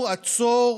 גרוטו,